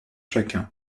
chacun